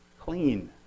clean